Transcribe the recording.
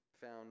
found